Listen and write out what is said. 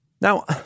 Now